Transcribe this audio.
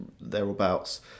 thereabouts